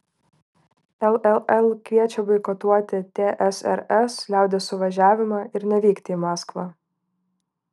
lll kviečia boikotuoti tsrs liaudies suvažiavimą ir nevykti į maskvą